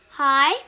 Hi